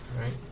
right